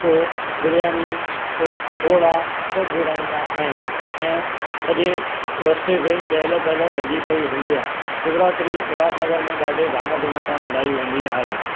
को बिरयानी को पकौड़ा सभु विरहाईंदा आहिनि ऐं सॼे रस्ते ते चहल पहल लॻी पई हूंदी आहे शिवरात्री उल्हासनगर में ॾाढे धाम धूम सां मल्हाई वेंदी आहे